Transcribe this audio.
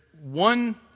one